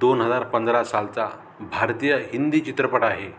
दोन हजार पंधरा सालचा भारतीय हिंदी चित्रपट आहे